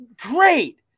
great